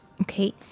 Okay